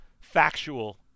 Factual